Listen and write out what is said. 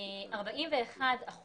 41%